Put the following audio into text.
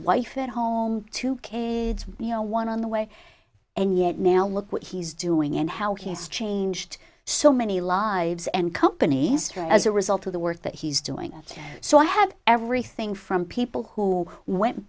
wife at home to care you know one on the way and yet now look what he's doing and how he has changed so many lives and company as a result of the work that he's doing so i have everything from people who went